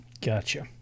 Gotcha